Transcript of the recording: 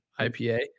IPA